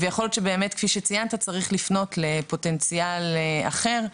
יכול להיות שצריך לפנות לפוטנציאל אחר.